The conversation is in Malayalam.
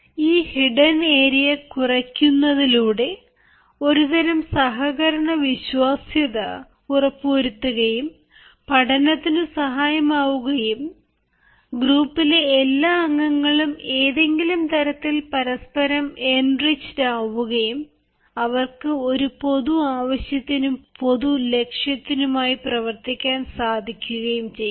ഈ ഹിഡൻ ഏരിയ കുറയ്ക്കുന്നതിലൂടെ ഒരുതരം സഹകരണ വിശ്വാസ്യത ഉറപ്പുവരുത്തുകയും പഠനത്തിനു സഹായകരമാവുകയും ഗ്രൂപ്പിലെ എല്ലാ അംഗങ്ങളും ഏതെങ്കിലും തരത്തിൽ പരസ്പരം എൻറിച്ചഡ് ആവുകയും അവർക്കു ഒരു പൊതു ആവശ്യത്തിനും പൊതു ലക്ഷ്യത്തിനുമായി പ്രവർത്തിക്കാൻ സാധിക്കുകയും ചെയ്യുന്നു